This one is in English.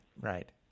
right